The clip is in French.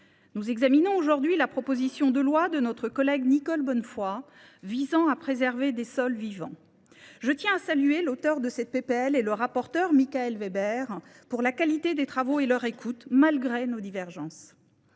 nous examinons aujourd’hui la proposition de loi de notre collègue Nicole Bonnefoy, visant à préserver des sols vivants. Je tiens à saluer l’auteure de ce texte et le rapporteur Michaël Weber pour la qualité de leurs travaux et pour leur écoute, malgré nos divergences.